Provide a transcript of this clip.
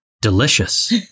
Delicious